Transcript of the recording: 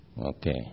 Okay